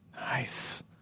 Nice